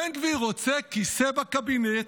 בן גביר רוצה כיסא בקבינט,